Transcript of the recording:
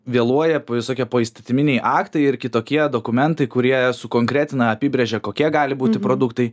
vėluoja visokie poįstatyminiai aktai ir kitokie dokumentai kurie sukonkretina apibrėžia kokie gali būti produktai